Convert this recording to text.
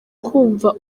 kumva